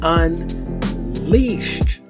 unleashed